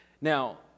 Now